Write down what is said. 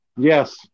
Yes